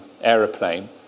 aeroplane